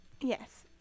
Yes